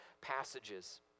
passages